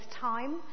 time